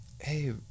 hey